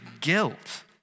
guilt